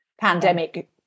pandemic